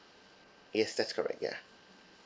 yes that's correct ya